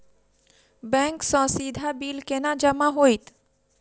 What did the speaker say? Bank सँ सीधा bill केना जमा होइत?